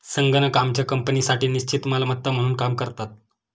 संगणक आमच्या कंपनीसाठी निश्चित मालमत्ता म्हणून काम करतात